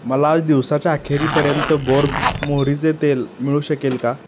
मला दिवसाच्या आखेरीपर्यंत बोर्ग्स मोहरीचे तेल मिळू शकेल का